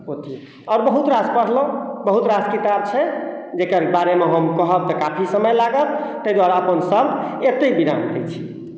पोथी आओर बहुत रास पोथी पढ़लहुॅं बहुत रास किताब छै जेकर बारे मे हम कहब तऽ काफी समय लागत ताहि दुआरे अपन शब्द एते विराम दै छी